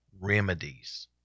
remedies